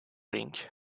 rink